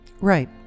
Right